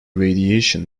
radiation